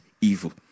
evil